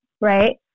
right